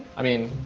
i mean,